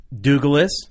Douglas